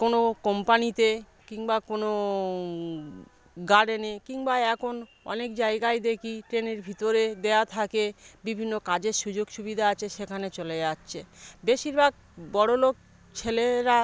কোনো কোম্পানিতে কিংবা কোনো গার্ডেনে কিংবা এখন অনেক জায়গায় দেখি ট্রেনের ভিতরে দেওয়া থাকে বিভিন্ন কাজের সুযোগ সুবিধা আছে সেখানে চলে যাচ্ছে বেশিরভাগ বড়লোক ছেলেরা